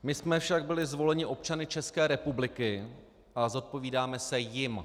My jsme však byli zvoleni občany České republiky a zodpovídáme se jim.